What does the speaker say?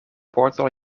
portal